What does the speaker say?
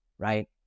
Right